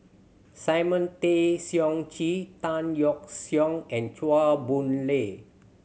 Simon Tay Seong Chee Tan Yeok Seong and Chua Boon Lay